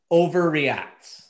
overreacts